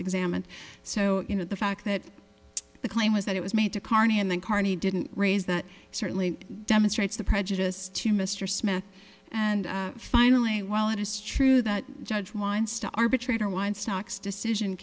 examined so you know the fact that the claim was that it was made to carney and then carney didn't raise that certainly demonstrates the prejudice to mr smith and finally while it is true that judge wants to arbitrator one stocks decision